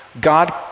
God